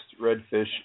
redfish